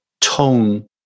tone